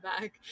back